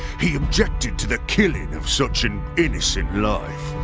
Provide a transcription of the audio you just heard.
he objected to the killing of such an innocent life.